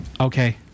Okay